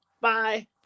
Bye